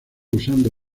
usando